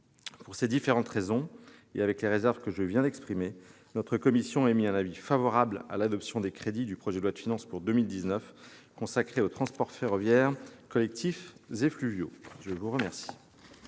Pour ces différentes raisons, et avec les réserves que je viens d'exprimer, notre commission a émis un avis favorable sur l'adoption des crédits du projet de loi de finances pour 2019 consacrés aux transports ferroviaires, collectifs et fluviaux. La parole